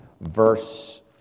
verse